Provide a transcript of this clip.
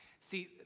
See